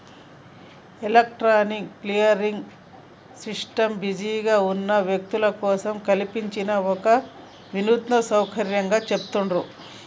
electronic clearing system బిజీగా ఉన్న వ్యక్తుల కోసం కల్పించిన ఒక వినూత్న సౌకర్యంగా చెబుతాండ్రు